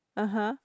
(uh huh)